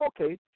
okay